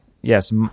yes